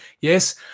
Yes